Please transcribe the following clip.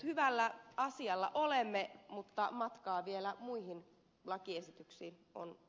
hyvällä asialla olemme mutta matkaa vielä muihin lakiesityksiin on